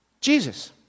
Jesus